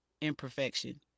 imperfection